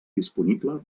disponible